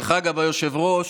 דרך אגב, היושב-ראש,